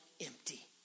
empty